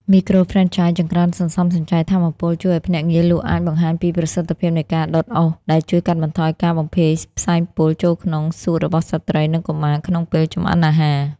មីក្រូហ្វ្រេនឆាយចង្រ្កានសន្សំសំចៃថាមពល ជួយឱ្យភ្នាក់ងារលក់អាចបង្ហាញពីប្រសិទ្ធភាពនៃការដុតអុស ដែលជួយកាត់បន្ថយការបំភាយផ្សែងពុលចូលក្នុងសួតរបស់ស្ត្រី និងកុមារក្នុងពេលចម្អិនអាហារ។